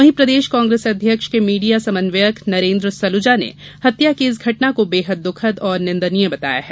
वहीं प्रदेश कांग्रेस अध्यक्ष के मीडिया समन्वयक नरेंद्र सलूजा ने हत्या की इस घटना को बेहद दुखद व निंदनीय बताया है